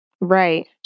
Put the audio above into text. Right